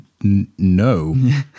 no